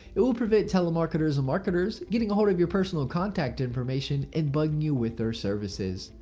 it will prevent telemarketers and marketers getting a hold of your personal contact information and bugging you with their services.